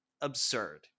absurd